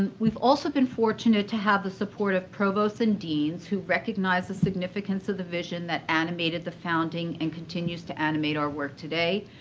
and we've also been fortunate to have the support of provosts and deans who recognize the significance of the vision that animated the founding and continues to animate our work today.